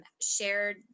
shared